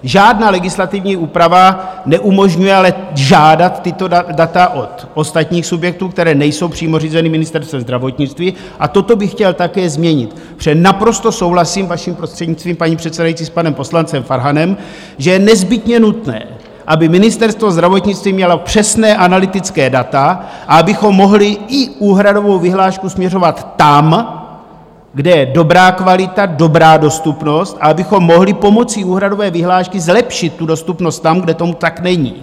Žádná legislativní úprava neumožňuje ale žádat tato data od ostatních subjektů, které nejsou přímo řízeny Ministerstvem zdravotnictví, a toto bych chtěl také změnit, protože naprosto souhlasím vaším prostřednictvím, paní předsedající, s panem poslancem Farhanem, že je nezbytně nutné, aby Ministerstvo zdravotnictví mělo přesná analytická data, abychom mohli i úhradovou vyhlášku směřovat tam, kde je dobrá kvalita, dobrá dostupnost, abychom mohli pomocí úhradové vyhlášky zlepšit dostupnost tam, kde tomu tak není.